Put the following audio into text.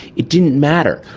it didn't matter.